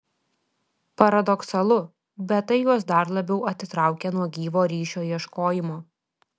paradoksalu bet tai juos dar labiau atitraukia nuo gyvo ryšio ieškojimo